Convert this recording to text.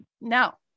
No